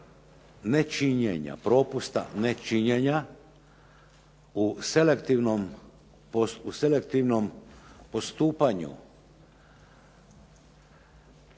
nečinjenja propusta, nečinjenja, u selektivnom postupanju